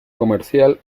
comercial